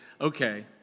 okay